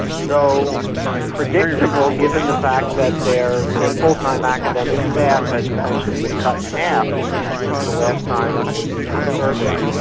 though predictable given the fact that their their full-time academic staff has essentially been cut in half since the last time we did these surveys.